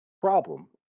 problem